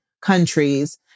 countries